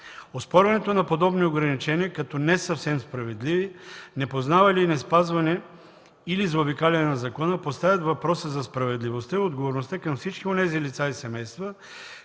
Оспорването на подобни ограничения като не съвсем справедливи поради непознаване, неспазване или заобикаляне на закона поставят въпроса за справедливостта и отговорността към всички онези лица и семейства,